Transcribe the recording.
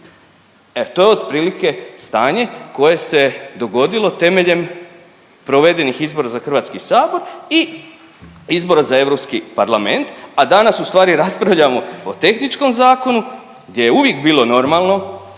to je otprilike stanje koje se dogodilo temeljem provedenih izbora za HS i izbora za Europski parlament, a danas u stvari raspravljamo o tehničkom zakonu gdje je uvijek bilo normalno